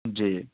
جی